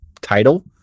title